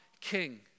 king